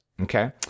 okay